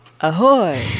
Ahoy